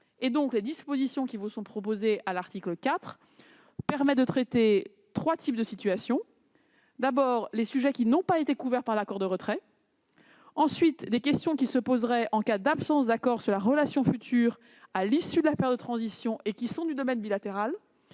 retrait. Les dispositions qui vous sont proposées à l'article 4 permettent de traiter trois types de situations : d'abord, celles qui ne sont pas couvertes par l'accord de retrait ; ensuite, celles qui apparaîtraient en cas d'absence d'accord sur la relation future à l'issue de la période de transition, et qui sont du domaine bilatéral